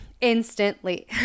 instantly